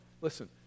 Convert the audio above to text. Listen